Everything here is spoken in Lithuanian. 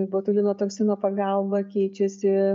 botulino toksino pagalba keičiasi